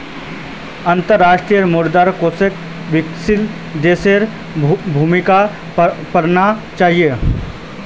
अंतर्राष्ट्रीय मुद्रा कोषत विकासशील देशेर भूमिका पढ़ना चाहिए